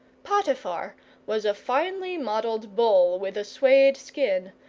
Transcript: potiphar was a finely modelled bull with a suede skin,